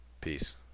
Peace